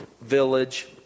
village